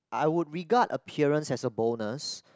I would regard appearance as a bonus